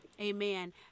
amen